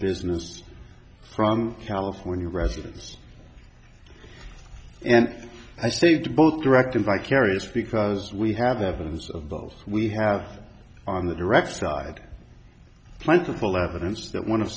business from california residents and i saved both direct and vicarious because we have evidence of both we have on the direct side plentiful evidence that one of